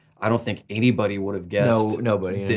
i don't think anybody would've guessed no, nobody.